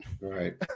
Right